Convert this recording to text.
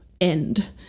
end